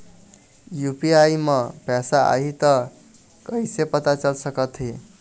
UPI म पैसा आही त कइसे पता चल सकत हे?